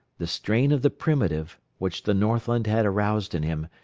the strain of the primitive, which the northland had aroused in him,